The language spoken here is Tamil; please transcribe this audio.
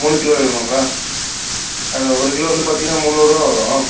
மூணு கிலோ வேணும்ங்களா ஒரு கிலோ வந்து பார்த்திங்கனா முன்னூறுபா வரும்